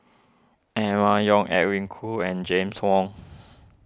Emma Yong Edwin Koo and James Wong